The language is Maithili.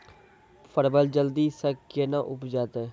परवल जल्दी से के ना उपजाते?